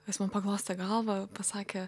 jis man paglostė galvą pasakė